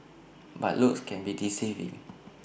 but looks can be deceiving